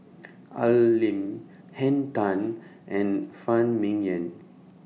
Al Lim Henn Tan and Phan Ming Yen